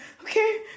okay